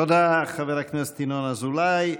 תודה, חבר הכנסת ינון אזולאי.